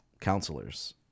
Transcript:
counselors